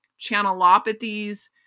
channelopathies